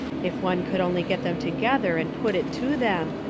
if one could only get them together and put it to them,